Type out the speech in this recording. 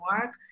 work